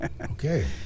Okay